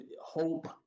hope